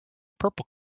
purple